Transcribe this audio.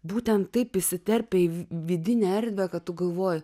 būtent taip įsiterpia į vidinę erdvę kad tu galvoji